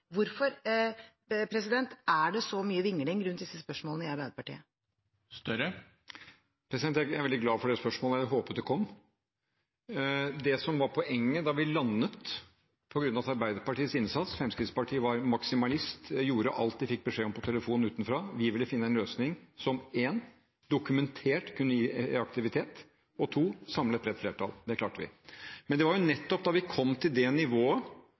Hvorfor er det så mye vingling i disse spørsmålene i Arbeiderpartiet? Jeg er veldig glad for det spørsmålet og håpet at det skulle komme. Poenget var: Da vi landet, var det på grunn av Arbeiderpartiets innsats. Fremskrittspartiet var maksimalist og gjorde alt de fikk beskjed om, over telefon fra utsiden, mens vi ville finne en løsning som 1) dokumentert kunne gi aktivitet, og som 2) kunne samle et bredt flertall. Det klarte vi. Men det var jo nettopp da vi kom til det nivået